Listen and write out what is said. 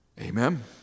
Amen